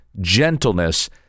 gentleness